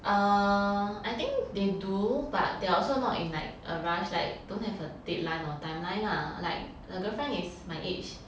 err I think they do but they are also not in like a rush like don't have a deadline or timeline lah like the girlfriend is my age